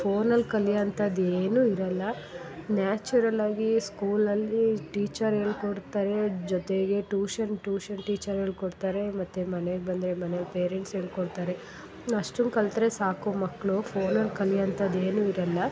ಫೋನಲ್ಲಿ ಕಲಿಯುವಂಥದ್ದು ಏನೂ ಇರಲ್ಲ ನ್ಯಾಚುರಲ್ ಆಗಿ ಸ್ಕೂಲಲ್ಲಿ ಟೀಚರ್ ಹೇಳ್ಕೊಡ್ತಾರೆ ಜೊತೆಗೆ ಟೂಷನ್ ಟೂಷನ್ ಟೀಚರ್ ಹೇಳಿಕೊಡ್ತಾರೆ ಮತ್ತು ಮನೆಗೆ ಬಂದರೆ ಮನೆಯಲ್ಲಿ ಪೇರೆಂಟ್ಸ್ ಹೇಳ್ಕೊಡ್ತಾರೆ ಅಷ್ಟನ್ನು ಕಲ್ತರೆ ಸಾಕು ಮಕ್ಕಳು ಫೋನಲ್ಲಿ ಕಲಿಯುವಂಥದ್ದು ಏನೂ ಇರಲ್ಲ